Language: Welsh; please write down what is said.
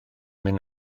mynd